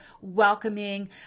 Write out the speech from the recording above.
welcoming